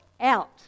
out